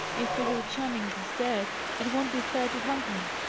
if little channing is dead, it won't be fair to hang me.